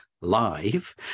live